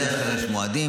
בדרך כלל יש מועדים.